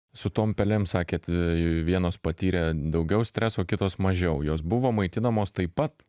su tom pelėm sakėt vienos patyrė daugiau streso kitos mažiau jos buvo maitinamos taip pat